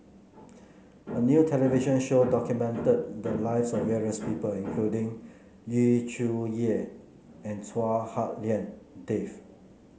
a new television show documented the lives of various people including Yu Zhuye and Chua Hak Lien Dave